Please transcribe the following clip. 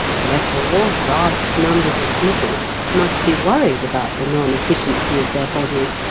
therefore vast numbers of people must be worried about the non-efficiency of their bodies,